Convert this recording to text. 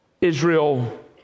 Israel